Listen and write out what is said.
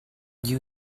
you